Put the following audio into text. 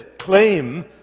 claim